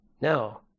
No